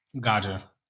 Gotcha